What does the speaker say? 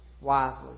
wisely